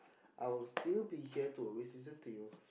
I will still be here to always listen to you